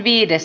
asia